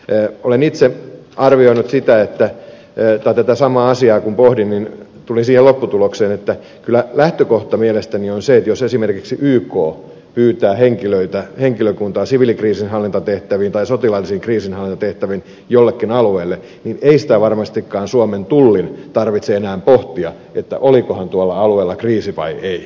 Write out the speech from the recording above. e olen itse arvioinut sitä että eepä tätä samaa asiaa kun pohdin tulin siihen lopputulokseen että kyllä lähtökohta mielestäni on se että jos esimerkiksi yk pyytää henkilökuntaa siviilikriisinhallintatehtäviin tai sotilaallisiin kriisinhallintatehtäviin jollekin alueelle niin ei sitä varmastikaan suomen tullin tarvitse enää pohtia olikohan tuolla alueella kriisi vai ei